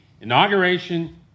inauguration